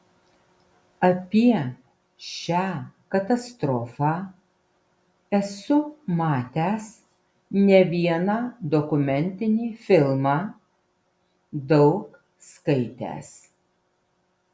apie šią katastrofą esu matęs ne vieną dokumentinį filmą daug skaitęs